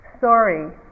Sorry